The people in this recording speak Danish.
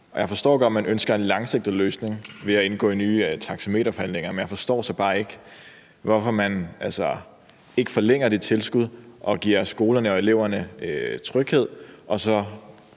Jeg forstår godt, at man ønsker en langsigtet løsning ved at indgå i nye taxameterforhandlinger. Men jeg forstår så bare ikke, hvorfor man ikke forlænger det tilskud, giver skolerne og eleverne tryghed og laver